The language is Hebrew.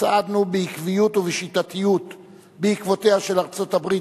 צעדנו בעקביות ובשיטתיות בעקבותיה של ארצות-הברית,